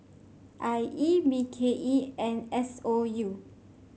I E B K E and S O U